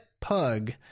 pug